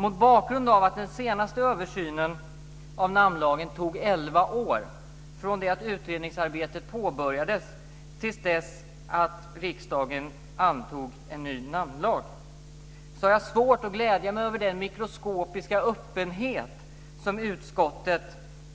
Mot bakgrund av att den senaste översynen av namnlagen tog det elva år från det att utredningsarbetet påbörjades till dess att riksdagen antog en ny namnlag har jag svårt att glädja över den mikroskopiska öppenhet som utskottet